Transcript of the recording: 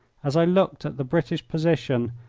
as i looked at the british position,